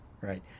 right